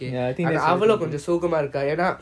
ya I think that's okay